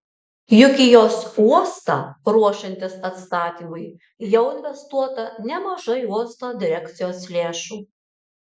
juk į jos uostą ruošiantis atstatymui jau investuota nemažai uosto direkcijos lėšų